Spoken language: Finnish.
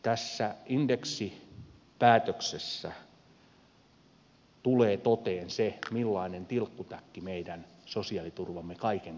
tässä indeksipäätöksessä tulee toteen se millainen tilkkutäkki meidän sosiaaliturvamme kaiken kaikkiaan on